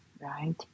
right